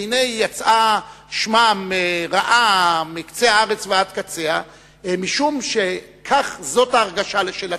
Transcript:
והנה יצא שמם רעה מקצה הארץ ועד קצה משום שזאת ההרגשה של הציבור.